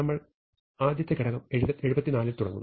നമ്മൾ ആദ്യത്തെ ഘടകം 74 ൽ തുടങ്ങുന്നു